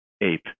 ape